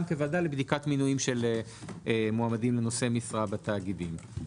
כוועדה לבדיקת מינויים של מועמדים נושאי משרה בתאגידים.